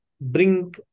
bring